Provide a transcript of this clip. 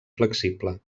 flexible